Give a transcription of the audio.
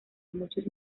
muchos